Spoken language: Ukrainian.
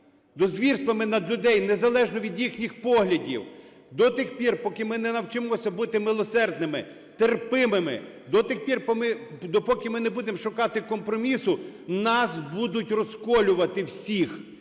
до звірства над людьми, незалежно від їхніх поглядів. До тих пір, поки ми не навчимося бути милосердними, терпимими, до тих пір, допоки ми не будемо шукати компромісу, нас будуть розколювати всіх.